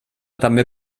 també